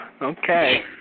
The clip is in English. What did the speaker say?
Okay